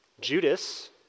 Judas